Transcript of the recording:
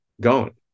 gone